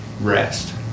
rest